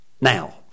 now